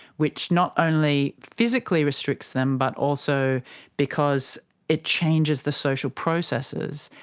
which not only physically restricts them but also because it changes the social processes,